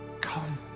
Come